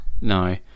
No